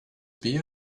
beer